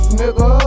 nigga